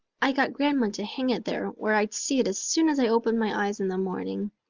i got grandma to hang it there where i'd see it as soon as i opened my eyes in the morning.